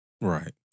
Right